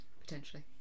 Potentially